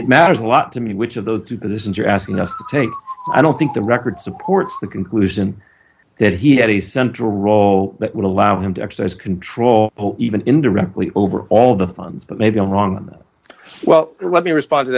it matters a lot to me which of those two positions you're asking us to take i don't think the record supports the conclusion that he had a central role that would allow him to exercise control even indirectly over all the funds but maybe i'm wrong well let me respond to